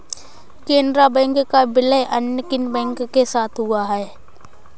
Canara bank का विलय अन्य किन बैंक के साथ हुआ है?